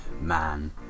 man